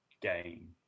game